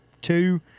two